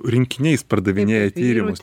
rinkiniais pardavinėja tyrimus